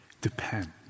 depend